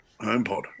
HomePod